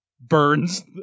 burns